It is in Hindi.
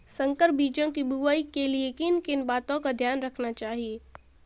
संकर बीजों की बुआई के लिए किन किन बातों का ध्यान रखना चाहिए?